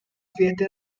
fiesta